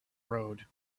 road